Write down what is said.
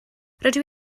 rydw